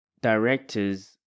directors